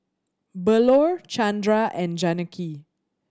Bellur Chandra and Janaki